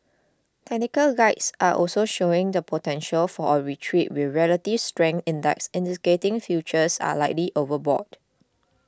technical guides are also showing the potential for a retreat with relative strength index indicating futures are likely overbought